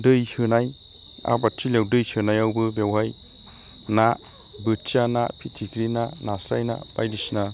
दै सोनाय आबाद थिलियाव दै सोनायावबो बेवहाय ना बोथिया ना फिथिख्रि ना नास्राइ ना बायदिसिना